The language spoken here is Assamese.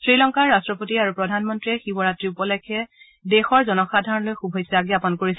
শ্ৰীলংকাৰ ৰাষ্ট্ৰপতি আৰু প্ৰধানমন্ত্ৰীয়ে শিৱৰাত্ৰি উপলক্ষে দেশৰ জনসাধাৰণলৈ শুভেচ্ছা জ্ঞাপন কৰিছে